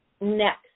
Next